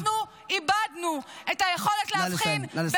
אנחנו איבדנו את היכולת להבחין, נא לסיים.